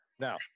Now